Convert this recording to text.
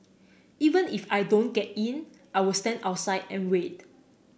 even if I don't get in I'll stand outside and wait